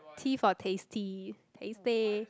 T for tasty tasty